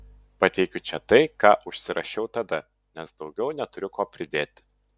pateikiu čia tai ką užsirašiau tada nes daugiau neturiu ko pridėti